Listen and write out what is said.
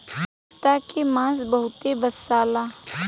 कुता के मांस बहुते बासाला